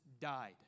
died